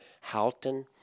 Halton